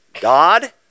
God